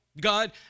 God